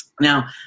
Now